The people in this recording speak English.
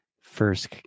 first